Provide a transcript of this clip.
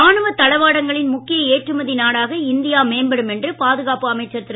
ராணுவ தளவாடங்களின் முக்கிய ஏற்றுமதி நாடாக இந்தியா மேம்படும் என்று பாதுகாப்பு அமைச்சர் திரு